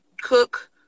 cook